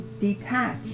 detach